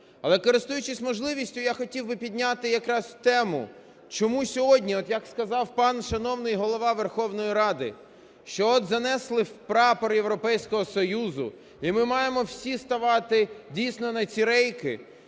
Але користуючись можливістю, я хотів би підняти якраз тему, чому сьогодні, от як сказав пан шановний Голова Верховної Ради, що от занесли прапор Європейського Союзу, і ми маємо всі ставати дійсно на ці рейки.